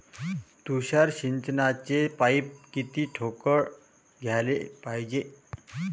तुषार सिंचनाचे पाइप किती ठोकळ घ्याले पायजे?